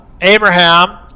Abraham